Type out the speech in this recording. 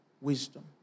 wisdom